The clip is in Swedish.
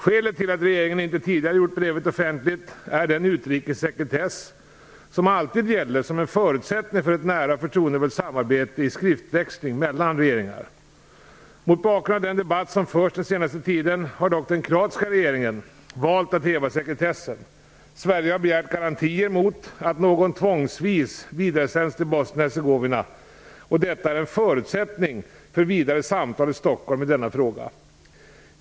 Skälet till att regeringen inte tidigare gjort brevet offentligt är den utrikessekretess som alltid gäller som en förutsättning för ett nära och förtroendefullt samarbete i skriftväxling mellan regeringar. Mot bakgrund av den debatt som förts den senaste tiden har dock den kroatiska regeringen valt att häva sekretessen. Sverige har begärt garantier mot att någon tvångsvis vidaresänds till Bosnien-Hercegovina. Detta är en förutsättning för vidare samtal i Stockholm i denna fråga.